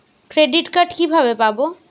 Credit card কিভাবে পাব?